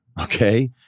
okay